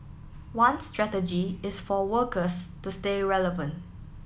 one strategy is for workers to stay relevant